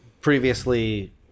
previously